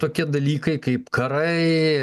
tokie dalykai kaip karai